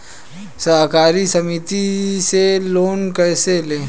सहकारी समिति से लोन कैसे लें?